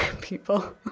people